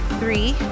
three